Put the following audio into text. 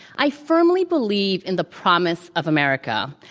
i firmly believe in the promise of america,